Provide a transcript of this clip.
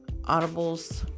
Audibles